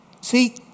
See